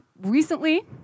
recently